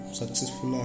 successful